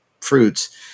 fruits